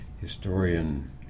historian